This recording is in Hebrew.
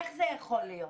איך זה יכול להיות?